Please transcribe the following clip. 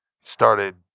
Started